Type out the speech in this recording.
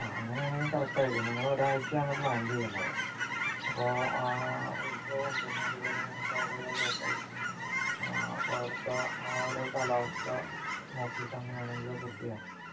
ആ അങ്ങനെ ആണെങ്കിൽ കറക്റ്റ് ആയിരിക്കും ഞങ്ങൾ ഒരു ആഴ്ചയാണ് പ്ലാൻ ചെയ്യുന്നത് അപ്പം ഉത്സവം പിന്നെ അതുപോലെ ഞങ്ങൾക്ക് അവിടെയുള്ള ലോക്കൽ ആ അപ്പം അവിടത്തെ ആ ഒരു കാലാവസ്ഥ നോക്കിയിട്ട് അങ്ങനെ ആണെങ്കിൽ ബൂക്ക് ചെയ്യാം